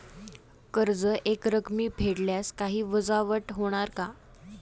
कर्ज एकरकमी फेडल्यास काही वजावट होणार का?